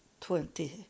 twenty